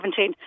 2017